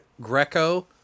Greco